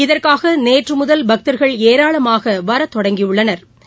இதற்காக நேற்று முதல் பக்தர்கள் ஏராளமாக வர தொடங்கியுள்ளார்கள